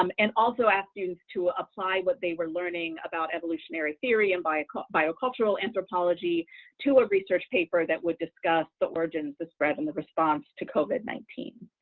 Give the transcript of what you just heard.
um and also asked students to apply what they were learning about evolutionary theory and biocul biocultural anthropology to a research paper that would discuss the origins, the spread, and the response to covid nineteen.